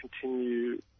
continue